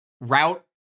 route